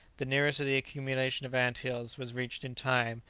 the nearest of the accumulation of ant-hills was reached in time,